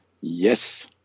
Yes